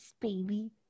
baby